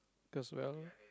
cause well